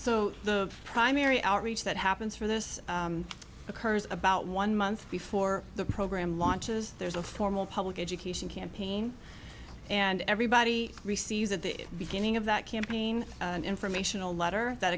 so the primary outreach that happens for this occurs about one month before the program launches there's a formal public education campaign and everybody receives at the beginning of that campaign and informational letter that